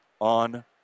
on